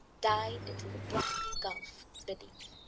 dived into the black gulf beneath.